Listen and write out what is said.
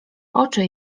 oczy